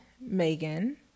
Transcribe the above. Megan